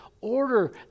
order